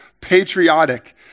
patriotic